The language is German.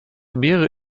mehrere